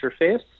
interface